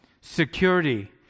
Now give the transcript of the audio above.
security